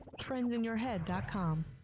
Trendsinyourhead.com